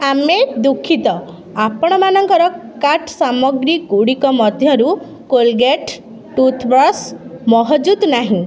ଆମେ ଦୁଃଖିତ ଆପଣମାନଙ୍କର କାର୍ଟ ସାମଗ୍ରୀ ଗୁଡ଼ିକ ମଧ୍ୟରୁ କୋଲଗେଟ୍ ଟୁଥ୍ ବ୍ରଶ୍ ମହଜୁଦ ନାହିଁ